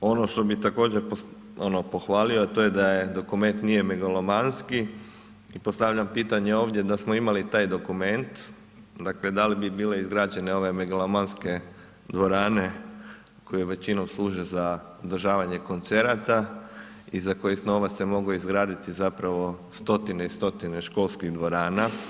Ono što bih također pohvalio a to je da dokument nije megalomanski i postavljam pitanje ovdje da smo imali taj dokument dakle da li bi bile izgrađene ove megalomanske dvorane koje većinom služe za održavanje koncerata i za koji novac se mogao izgraditi zapravo stotine i stotine školskih dvorana.